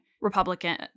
Republican